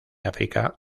áfrica